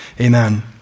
amen